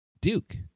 Duke